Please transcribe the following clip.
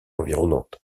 environnantes